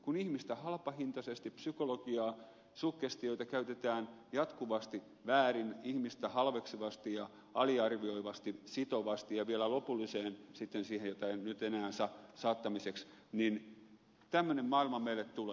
kun psykologiaa suggestioita käytetään jatkuvasti väärin ihmistä halveksivasti ja aliarvioivasti sitovastia vielä lopulliseen sitten siihen miten hän sai sitovasti niin tämmöinen maailma meille tulee